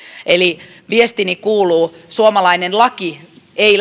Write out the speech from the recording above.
eli viestini kuuluu suomalainen laki ei